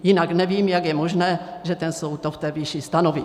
Jinak nevím, jak je možné, že ten soud to v té výši stanoví.